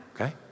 okay